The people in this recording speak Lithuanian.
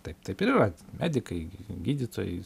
taip taip ir yra medikai gydytojai